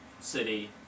city